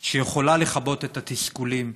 שיכולה לכבות את התסכולים,